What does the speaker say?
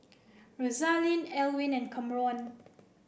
Rosaline Elwin and Camron